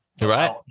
right